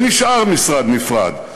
ונשאר משרד נפרד,